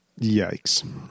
Yikes